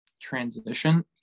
transition